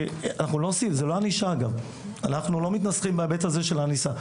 אנחנו לא מתנסחים בהיבט הזה של ענישה.